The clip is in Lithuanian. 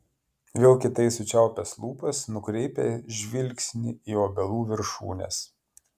vėl kietai sučiaupęs lūpas nukreipia žvilgsnį į obelų viršūnes